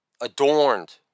adorned